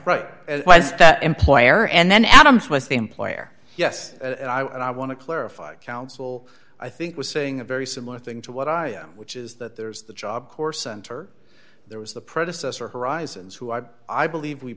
that employer and then adams was the employer yes and i want to clarify counsel i think was saying a very similar thing to what i am which is that there's the job corps center there was the predecessor horizons who i i believe we